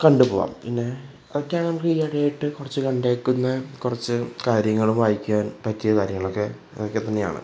കണ്ട് പോവാം പിന്നെ അതൊക്കെ ആണ് ഈയിടെ ആയിട്ട് കുറച്ച് കണ്ടിരിക്കുന്ന കുറച്ച് കാര്യങ്ങളും വായിക്കാൻ പറ്റിയ കാര്യങ്ങൾ ഒക്കെ അതൊക്കെ തന്നെയാണ്